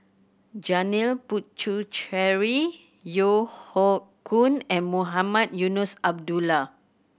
Janil Puthucheary Yeo Hoe Koon and Mohamed Eunos Abdullah